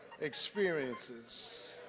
experiences